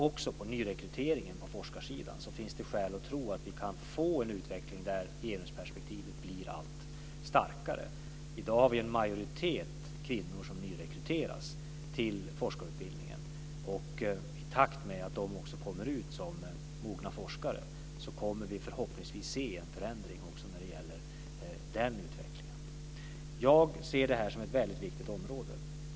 Också vad gäller nyrekryteringen på forskarsidan finns det skäl att tro att vi kan få en utveckling där genusperspektivet blir allt starkare. I dag är det en majoritet av kvinnor som nyrekryteras till forskarutbildningen. I takt med att de också kommer ut som mogna forskare kommer vi förhoppningsvis att se en förändring också när det gäller denna utveckling. Jag ser det här som ett väldigt viktigt område.